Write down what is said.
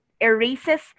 erases